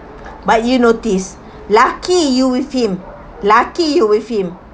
but you noticed lucky you with him lucky you with him